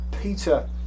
Peter